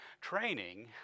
training